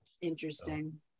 interesting